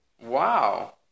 Wow